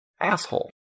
asshole